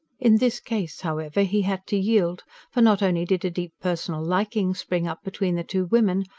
in this case, however, he had to yield for not only did a deep personal liking spring up between the two women,